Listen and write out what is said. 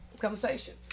conversation